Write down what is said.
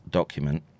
document